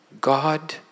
God